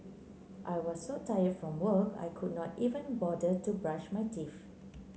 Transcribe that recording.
I was so tired from work I could not even bother to brush my teeth